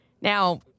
Now-